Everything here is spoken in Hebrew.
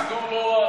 זה לא נורא.